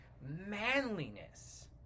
manliness